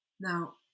Now